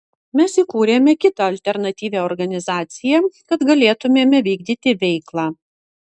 mes įkūrėme kitą alternatyvią organizaciją kad galėtumėme vykdyti veiklą